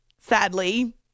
sadly